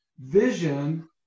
Vision